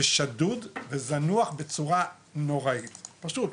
שדוד וזנוח בצורה נוראית פשוט.